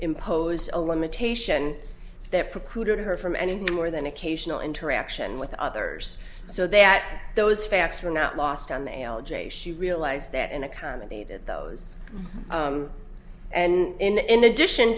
impose a limitation that precluded her from any more than occasional interaction with others so that those facts were not lost on the a l j she realized that in accommodated those and in addition